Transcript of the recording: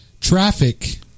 traffic